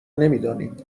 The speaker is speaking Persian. نمیدانیم